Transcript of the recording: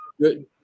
good